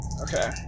Okay